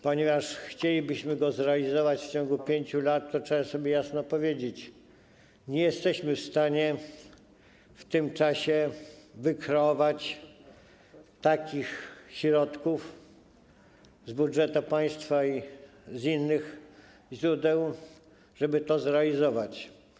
Ponieważ chcielibyśmy go zrealizować w ciągu 5 lat, to trzeba sobie jasno powiedzieć: nie jesteśmy w stanie w tym czasie wykreować takich środków z budżetu państwa i z innych źródeł, żeby to zrealizować.